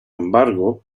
embargo